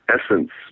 Essence